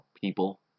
people